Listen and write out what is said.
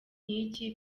nk’iki